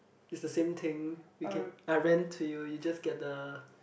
is the same thing we can I rent to you you just get the